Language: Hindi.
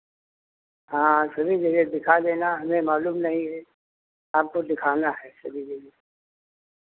हाँ सभी जगह दिखा देना हमें मालूम नहीं है आपको दिखाना है सभी जगह